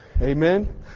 Amen